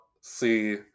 see